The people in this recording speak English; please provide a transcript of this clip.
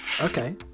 okay